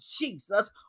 Jesus